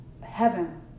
heaven